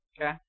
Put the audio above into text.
Okay